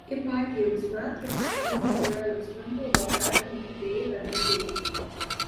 ipatijaus metraštis mini karaliaus mindaugo garbintą deivę medeinę